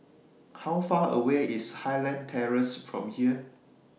How Far away IS Highland Terrace from here